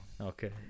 Okay